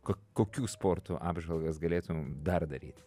ko kokių sportų apžvalgas galėtum dar daryt